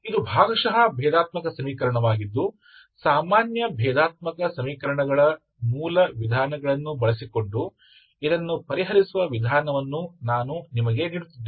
ಇದು ಭಾಗಶಃ ಭೇದಾತ್ಮಕ ಸಮೀಕರಣವಾಗಿದ್ದು ಸಾಮಾನ್ಯ ಭೇದಾತ್ಮಕ ಸಮೀಕರಣಗಳ ಮೂಲ ವಿಧಾನಗಳನ್ನು ಬಳಸಿಕೊಂಡು ಇದನ್ನು ಪರಿಹರಿಸುವ ವಿಧಾನವನ್ನು ನಾನು ನಿಮಗೆ ನೀಡುತ್ತಿದ್ದೇನೆ